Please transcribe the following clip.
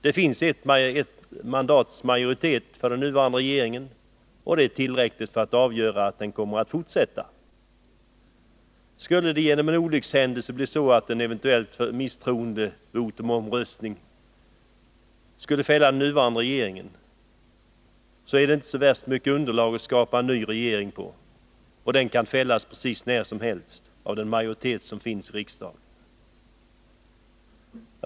Den nuvarande regeringen har ett mandats övervikt, och det är tillräckligt för att den skall sitta kvar. Skulle en eventuell misstroendeomröstning av en olyckshändelse fälla den nuvarande regeringen, så finns det inte så mycket underlag för att bilda en ny regering. Den kan precis när som helst fällas av en majoritet i riksdagen.